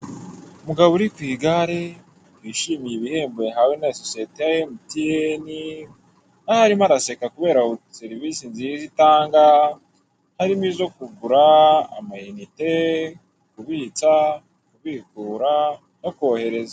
Umugabo uri kwigare, wishimiye ibihembo yahawe na sosiyete ya emutiyeni, aho arimo araseka kubera serivise nziza itanga harimo; izo kugura amayinite, kubitsa, kubikura, no kohereza.